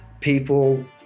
people